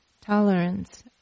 tolerance